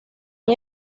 han